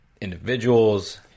individuals